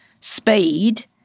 speed